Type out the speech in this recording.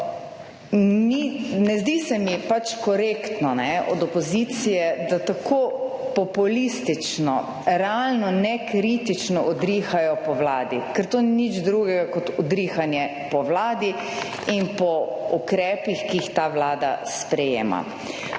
Ne zdi se mi korektno od opozicije, da tako populistično, realno nekritično odrihajo po Vladi, ker to ni nič drugega kot odrihanje po Vladi in po ukrepih, ki jih ta Vlada sprejema.